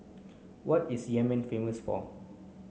what is Yemen famous for